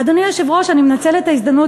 אדוני יושב-ראש הכנסת,